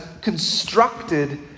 constructed